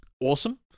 awesome